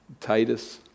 Titus